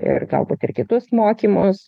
ir galbūt ir kitus mokymus